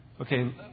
Okay